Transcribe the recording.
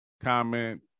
comment